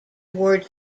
war